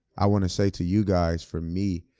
i wanna say to you guys, for me,